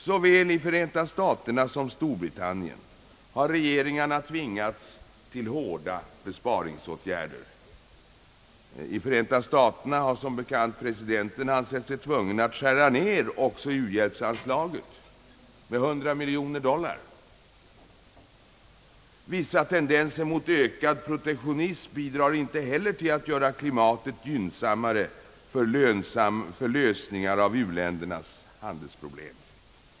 Såväl i Förenta staterna som i Storbritannien har regeringarna tvingats till hårda besparingsåtgärder. I USA har presidenten som bekant sett sig nödsakad att skära ned också uhjälpsanslaget med 100 miljoner dollar. Vissa tendenser mot ökad protektionism bidrar inte heller till att göra klimatet gynnsammare för lösningar av u-ländernas handelsproblem.